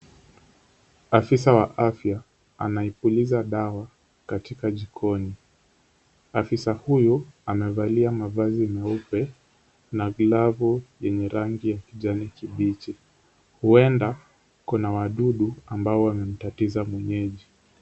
Afisa wa afya anaipuliza dawa katika jikoni. Afisa huyu anavalia mavazi meupe na glavu yenye rangi ya kijani kibichi. Huenda kuna wadudu ambao wamemtatiza mwenyeji.